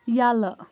یلہٕ